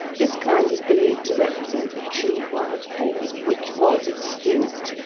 this kind is believed to represent the true wild boar, which was extinct,